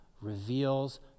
reveals